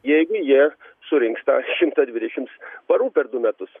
jeigu jie surinks tą šimtą dvidešims parų per du metus